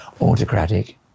autocratic